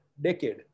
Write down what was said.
decade